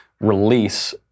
release